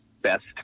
best